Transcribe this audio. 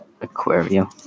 aquarium